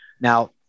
Now